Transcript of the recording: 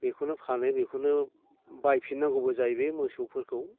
बेखौनो फानो बेखौनो बायफिन नांगौबो जाहैबाय मोसौफोरखौ